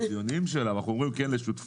ציוניים שלה אבל אנחנו אומרים כן לשותפות.